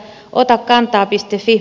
fi palvelun kautta